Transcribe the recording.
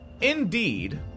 Indeed